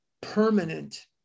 Permanent